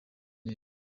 neza